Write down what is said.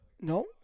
No